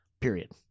period